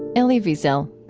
elie wiesel.